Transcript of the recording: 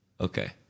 okay